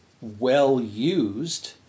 well-used